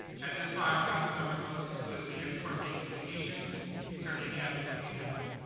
at this time, council members must disclose any ex parte communications concerning any items on the agenda.